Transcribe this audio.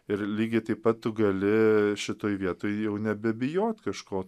ir lygiai taip pat tu gali šitoj vietoj jau nebebijoti kažko